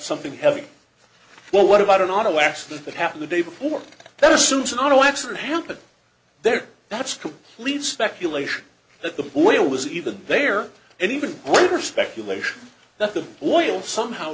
something heavy well what about an auto accident that happened the day before that assumes an auto accident happened there that's to leave speculation that the oil was even there and even worse speculation that the oil somehow